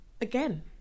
again